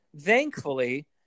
Thankfully